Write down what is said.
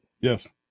Yes